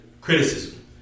criticism